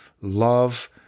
love